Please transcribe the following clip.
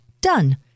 Done